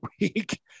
week